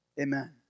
Amen